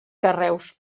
carreus